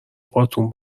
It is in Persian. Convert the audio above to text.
باتوم